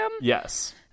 Yes